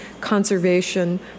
conservation